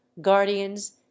guardians